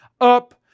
up